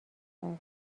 است